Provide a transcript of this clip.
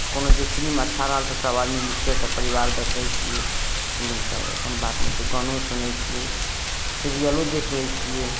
कोनो जे फिलिम अच्छा रहल तऽ सब आदमी मिलके सब परिबार देखै छियै फिलिम सब अइसन बात नहि छै गनो सुनै छियै सीरियलो देखि लै छियै